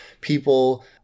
people